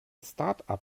startup